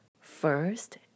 first